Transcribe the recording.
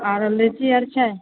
आओर मिरची आओर छै